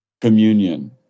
communion